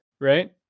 right